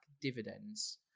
dividends